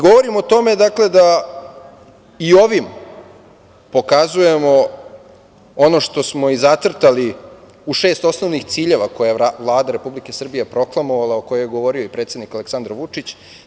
Govorim o tome da i ovim pokazujemo ono što smo i zacrtali u šest osnovnih ciljeva koje je Vlada Republike Srbije proklamovala, o kojoj je govorio i predsednik Aleksandar Vučić.